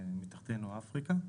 מתחתינו אפריקה,